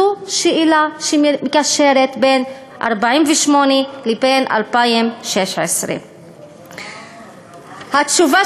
זו שאלה שמקשרת בין 1948 לבין 2016. התשובה